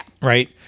Right